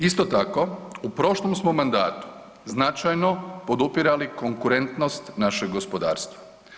Isto tako u prošlom smo mandatu značajno podupirali konkurentnost našeg gospodarstva.